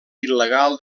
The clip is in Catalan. il·legal